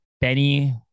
Benny